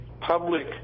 public